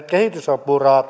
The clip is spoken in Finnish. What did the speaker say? kehitysapurahat